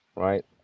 right